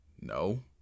No